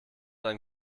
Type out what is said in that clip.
ein